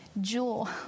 jewel